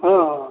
ಹ್ಞೂ